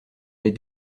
les